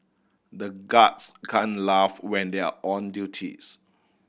the guards can't laugh when they are on duties